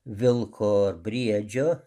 vilko ar briedžio